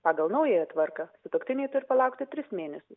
pagal naująją tvarką sutuoktiniai turi palaukti tris mėnesius